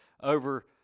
over